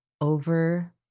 over